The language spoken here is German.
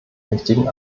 richtigen